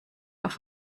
auf